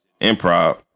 improv